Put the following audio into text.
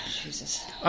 Jesus